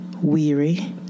weary